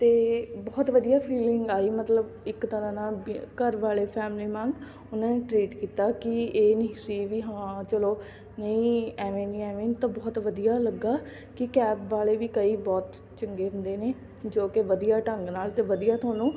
ਅਤੇ ਬਹੁਤ ਵਧੀਆ ਫੀਲਿੰਗ ਆਈ ਮਤਲਬ ਇੱਕ ਤਰ੍ਹਾਂ ਨਾਲ ਬੀ ਘਰ ਵਾਲੇ ਫੈਮਲੀ ਵਾਂਗ ਉਹਨਾਂ ਨੇ ਟ੍ਰੀਟ ਕੀਤਾ ਕਿ ਇਹ ਨਹੀਂ ਸੀ ਵੀ ਹਾਂ ਚਲੋ ਨਹੀਂ ਐਵੇਂ ਨਹੀਂ ਐਵੇਂ ਤਾਂ ਬਹੁਤ ਵਧੀਆ ਲੱਗਾ ਕਿ ਕੈਬ ਵਾਲੇ ਵੀ ਕਈ ਬਹੁਤ ਚੰਗੇ ਹੁੰਦੇ ਨੇ ਜੋ ਕਿ ਵਧੀਆ ਢੰਗ ਨਾਲ ਅਤੇ ਵਧੀਆ ਤੁਹਾਨੂੰ